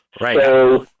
Right